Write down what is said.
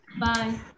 Bye